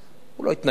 הוא לא התנגד לזה,